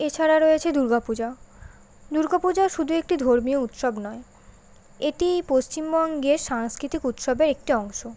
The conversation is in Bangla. এছাড়া রয়েছে দুর্গা পূজা দুর্গা পূজা শুধু একটি ধর্মীয় উৎসব নয় এটি পশ্চিমবঙ্গের সাংস্কৃতিক উৎসবের একটি অংশ